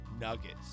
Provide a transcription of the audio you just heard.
Nuggets